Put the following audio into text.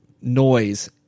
noise